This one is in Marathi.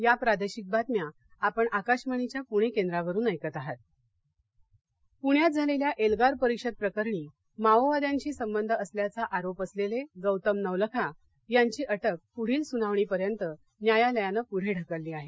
या प्रादेशिक बातम्या आपण आकाशवाणीच्या पुणे केंद्रावरुन ऐकत आहात प्रण्यात झालेल्या एल्गार परिषद प्रकरणी माओवाद्यांशी संबंध असल्याचा आरोप असलेले गौतम नवलखा यांची अटक पुढील सुनावणी पर्यंत न्यायलयान पुढे ढकलली आहे